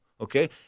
okay